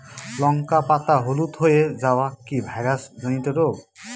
লঙ্কা পাতা হলুদ হয়ে যাওয়া কি ভাইরাস জনিত রোগ?